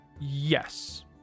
Yes